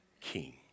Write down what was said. king